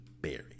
berry